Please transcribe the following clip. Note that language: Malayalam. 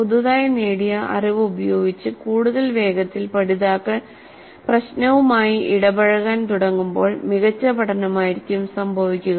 പുതുതായി നേടിയ അറിവ് ഉപയോഗിച്ച് കൂടുതൽ വേഗത്തിൽ പഠിതാക്കൾ പ്രശ്നവുമായി ഇടപഴകാൻ തുടങ്ങുമ്പോൾ മികച്ച പഠനമായിരിക്കും സംഭവിക്കുക